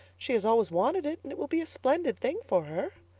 she has always wanted it and it will be a splendid thing for her.